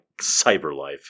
CyberLife